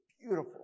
beautiful